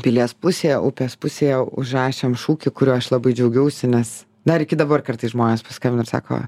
pilies pusėje upės pusėje užrašėm šūkį kuriuo aš labai džiaugiausi nes dar iki dabar kartais žmonės paskambina ir sako